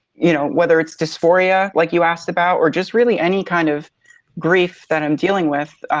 you know whether it's dysphoria like you asked about, or just really any kind of grief that i'm dealing with